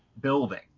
building